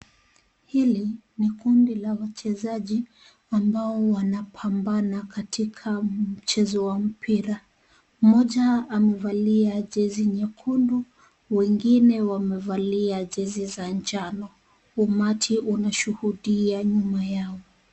Hili ni kundi la wachezaji ambao wanapambana katika mchezo wa mpira. Mmoja, amevalia jezi nyekundu, wengine wamevalia jezi za njano. Umati unashuhudia nyuma yao.